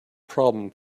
problem